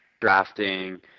drafting